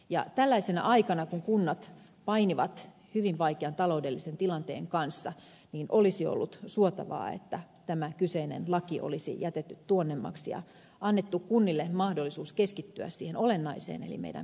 ja tälläisena aikana kun kunnat painivat hyvin vaikean taloudellisen tilanteen kanssa olisi ollut suotavaa että tämä kyseinen laki olisi jätetty tuonnemmaksi ja annettu kunnille mahdollisuus keskittyä siihen olennaiseen eli meidän perusterveydenhuoltomme parantamiseen